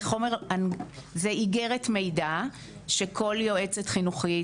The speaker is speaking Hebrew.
זה אגרת מידע שכל יועצת חינוכית,